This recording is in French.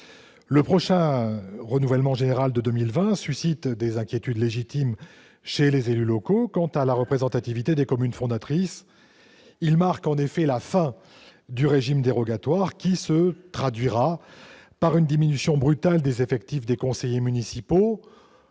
Le prochain renouvellement général, celui de 2020, suscite des inquiétudes légitimes chez les élus locaux quant à la représentativité des communes fondatrices. Il marquera en effet la fin de ce régime dérogatoire, ce qui se traduira par une diminution brutale, de 50 % en moyenne mais